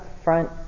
front